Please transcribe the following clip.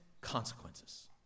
consequences